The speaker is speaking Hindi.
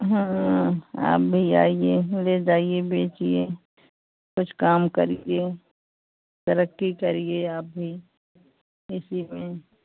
हाँ आप भी आइए ले जाइए बेचिए कुछ काम करिए तरक्की करिए आप भी इसी में